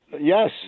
Yes